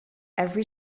every